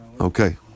Okay